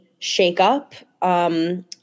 shakeup